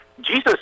Jesus